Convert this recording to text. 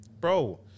bro